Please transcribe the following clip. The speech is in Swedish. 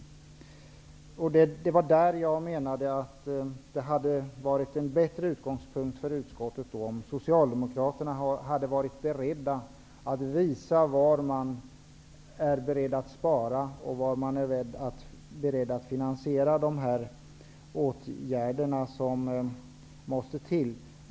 Det var i detta sammanhang som jag menade att det hade varit en bättre utgångspunkt för utskottet om Socialdemokraterna hade varit beredda att visa var de är beredda att spara och hur de vill finansiera de åtgärder som måste vidtas.